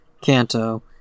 Kanto